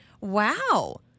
wow